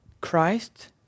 Christ